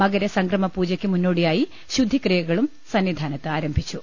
മക രസംക്രമ പൂജയ്ക്ക് മുന്നോടിയായി ശുദ്ധിക്രിയകളും സന്നിധാനത്ത് ആരം ഭിച്ചു